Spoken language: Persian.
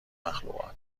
مخلوقات